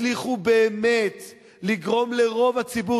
הצליחו באמת לגרום לרוב הציבור,